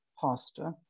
pastor